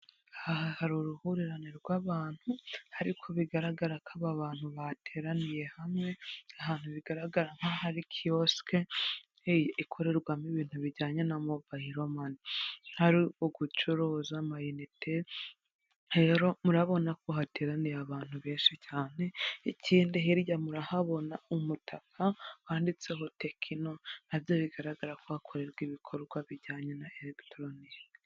Aha hari uruhurirane rw'abantu ariko bigaragara ko aba bantu bateraniye hamwe, ahantu bigaragara nk'aha kiwosike, ikorerwamo ibintu bijyanye na mobayiro mane. Ari ugucuruza amayinite, rero murabona ko hateraniye abantu benshi cyane, ikindi hirya murahabona umutaka wanditseho tekino, nabyo bigaragara ko hakorerwa ibikorwa bijyanye na eregitoronike.